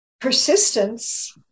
Persistence